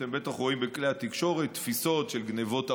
אתם בטח רואים בכלי התקשורת תפיסות של גנבות אבוקדו,